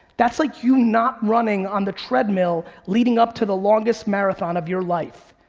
that's like you not running on the treadmill leading up to the longest marathon of your life.